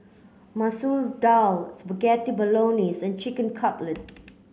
Masoor Dal Spaghetti Bolognese and Chicken Cutlet